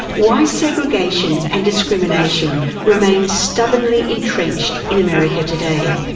why segregation and discrimination remains stubbornly entrenched in america today.